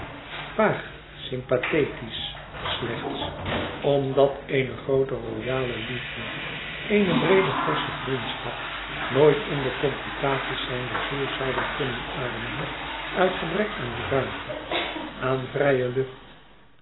vaag sympathetisch slechts omdat eene groote royale liefde eene breede forsche vriendschap nooit in de complicaties zijner ziel zouden kunnen ademen uit gebrek aan ruimte aan vrije lucht